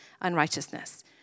unrighteousness